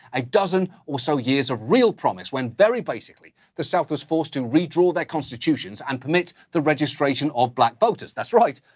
a dozen or so years of real promise when very basically, the south was forced to redraw their constitutions and permit the registration of black voters. that's right,